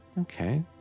Okay